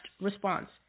response